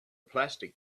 plastic